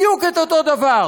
בדיוק את אותו דבר,